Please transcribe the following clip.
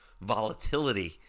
volatility